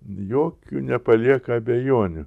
jokių nepalieka abejonių